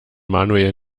manuel